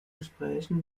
gesprächen